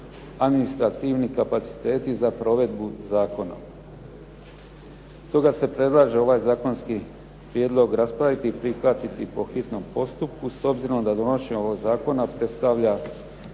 administrativni kapaciteti za provedbu zakona. Stoga se predlaže ovaj zakonski prijedlog raspraviti i prihvatiti po hitnom postupku, s obzirom da donošenje ovog zakona predstavlja